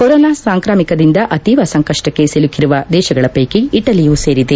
corona ಸಾಂಕ್ರಾಮಿಕದಿಂದ ಅತೀವ ಸಂಕಷ್ಟಕ್ಕೆ ಸಿಲುಕಿರುವ ದೇಶಗಳ ಪ್ಲೆಕಿ ಇಟಲಿ ಸೇರಿದೆ